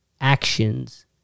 Actions